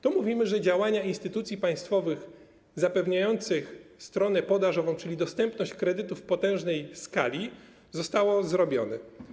Tu mówimy, że działania instytucji państwowych zapewniających stronę podażową, czyli dostępność kredytów w potężnej skali, zostały wykonane.